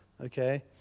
okay